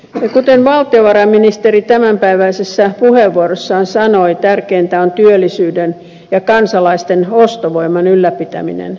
kuten valtiovarainministeri tämänpäiväisessä puheenvuorossaan sanoi tärkeintä on työllisyyden ja kansalaisten ostovoiman ylläpitäminen